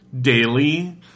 daily